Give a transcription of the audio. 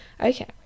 Okay